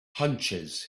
hunches